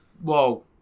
whoa